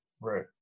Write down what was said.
Right